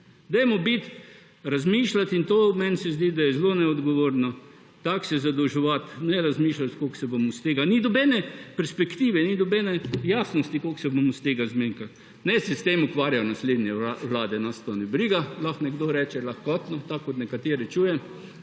Dajmo razmišljati in to meni se zdi, da je zelo neodgovorno tako se zadolževati, ne razmišljati koliko se bomo… ni nobene perspektive, ni nobene jasnosti koliko se bomo iz tega… Naj se s tem ukvarjajo naslednje vlade, nas to ne briga – lahko nekdo reče lahkotno, tako kot nekateri čuje,